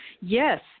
Yes